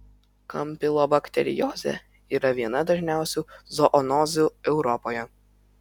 kampilobakteriozė yra viena dažniausių zoonozių europoje